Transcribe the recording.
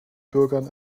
bürgern